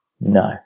No